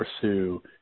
pursue